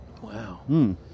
Wow